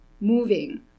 moving